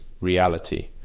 reality